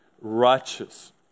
righteous